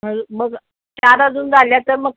मग चार अजून झाल्या तर मग